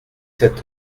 sept